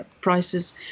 prices